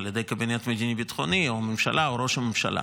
על ידי הקבינט המדיני-ביטחוני או הממשלה או ראש הממשלה.